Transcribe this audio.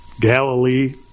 Galilee